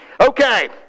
Okay